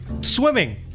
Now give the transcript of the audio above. Swimming